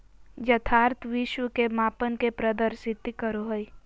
यथार्थ विश्व के मापन के प्रदर्शित करो हइ